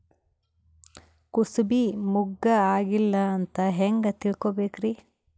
ಕೂಸಬಿ ಮುಗ್ಗ ಆಗಿಲ್ಲಾ ಅಂತ ಹೆಂಗ್ ತಿಳಕೋಬೇಕ್ರಿ?